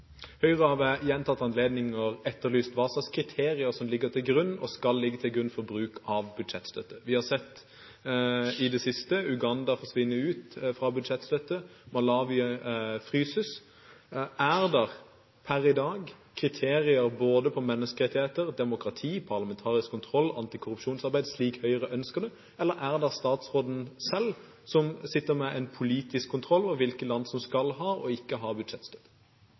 Høyre har ved gjentatte anledninger etterlyst hva slags kriterier som ligger til grunn, og skal ligge til grunn, for bruk av budsjettstøtte. Vi har sett i det siste Uganda forsvinne ut av budsjettstøtte, støtten til Malawi fryses. Er det per i dag kriterier for menneskerettigheter, demokrati, parlamentarisk kontroll, antikorrupsjonsarbeid, slik Høyre ønsker det, eller er det statsråden selv som sitter med en politisk kontroll over hvilke land som skal ha og ikke skal ha